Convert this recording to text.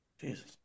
Jesus